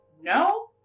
No